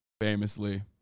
famously